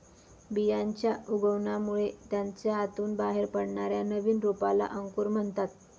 बियांच्या उगवणामुळे त्याच्या आतून बाहेर पडणाऱ्या नवीन रोपाला अंकुर म्हणतात